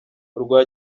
urwa